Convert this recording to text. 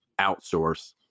outsource